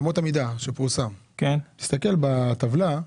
אמות המידה שפורסמו, תסתכל בטבלה,